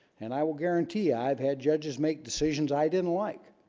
and i will guarantee i've had judges make decisions. i didn't like